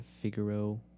Figaro